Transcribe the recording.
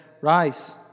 Rise